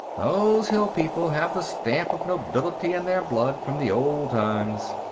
those hill people have the stamp of nobility in their blood, from the old times.